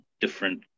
different